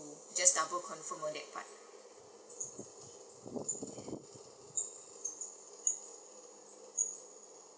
to just double confirm on that part